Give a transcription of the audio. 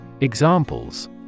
Examples